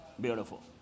Beautiful